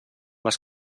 les